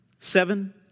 seven